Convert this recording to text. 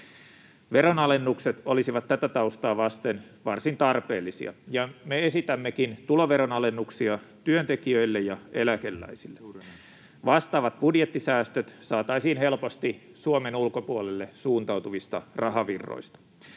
Veronalennukset olisivat tätä taustaa vasten varsin tarpeellisia, ja me esitämmekin tuloveron alennuksia työntekijöille ja eläkeläisille. Vastaavat budjettisäästöt saataisiin helposti Suomen ulkopuolelle suuntautuvista rahavirroista.